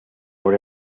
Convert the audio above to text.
por